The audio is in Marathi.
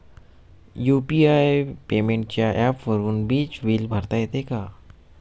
यु.पी.आय पेमेंटच्या ऍपवरुन वीज बिल भरता येते का?